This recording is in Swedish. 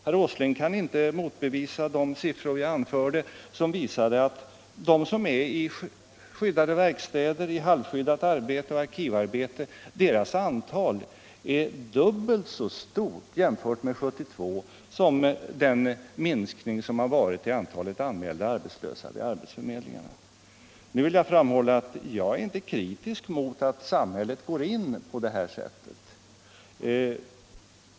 Herr Åsling kan inte motbevisa de siffror som jag anförde och som visar att antalet anställda i skyddade verkstäder, i halvskyddat arbete och i arkivarbete är dubbelt så stort som den minskning som ägt rum i antalet arbetslösa vid arbetsförmedlingarna sedan 1972. Jag är inte emot att samhället går in på detta sätt.